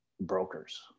brokers